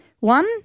One